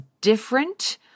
different